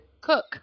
cook